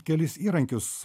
kelis įrankius